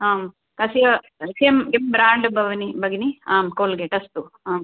आं कस्य किं किं ब्र्याण्ड् भगिनि भगिनि आं कोल्गेट् अस्तु आम्